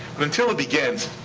but until it begins,